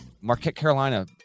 Marquette-Carolina –